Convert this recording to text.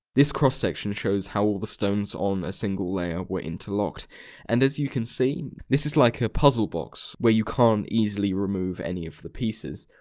this cross-section shows how all the stones on a single layer were interlocked and as you can see this is like a puzzle box, where you can't easily remove any of the pieces.